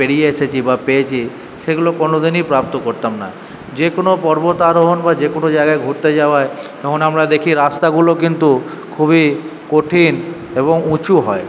পেরিয়ে এসেছি বা পেয়েছি সেগুলো কোনো দিনই প্রাপ্ত করতাম না যে কোনো পর্বতারোহণ বা যে কোনো জায়গায় ঘুরতে যাওয়ায় যেমন আমরা দেখি রাস্তাগুলো কিন্তু খুবই কঠিন এবং উঁচু হয়